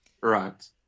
Right